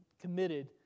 committed